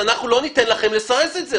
לא ניתן לכם לסרס את זה.